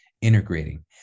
integrating